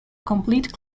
complete